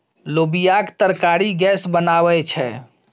लोबियाक तरकारी गैस बनाबै छै